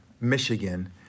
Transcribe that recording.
Michigan